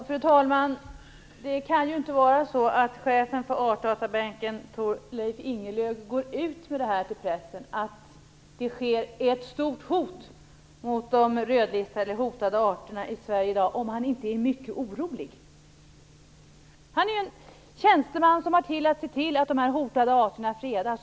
Fru talman! Chefen för Artdatabanken, Thorleif Ingelöf, skulle inte gå ut till pressen med påståendet att hotet mot de rödlistade arterna i Sverige är stort i dag om han inte var mycket orolig. Han är tjänsteman och har i uppgift att se till att de hotade arterna fredas.